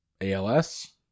ALS